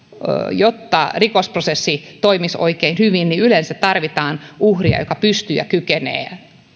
jotta rikosprosessi toimisi oikein hyvin niin yleensä tarvitaan uhria joka pystyy ja kykenee